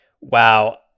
wow